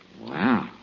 Wow